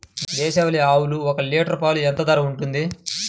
దేశవాలి ఆవులు ఒక్క లీటర్ పాలు ఎంత ధర ఉంటుంది?